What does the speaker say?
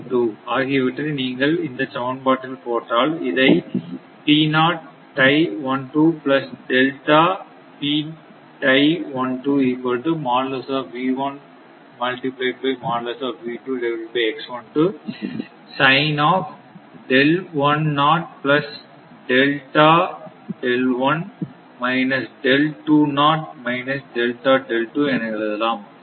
மற்றும் ஆகியவற்றை நீங்கள் இந்த சமன்பாட்டில் போட்டால் இதை என எழுதலாம் அல்லது